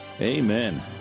Amen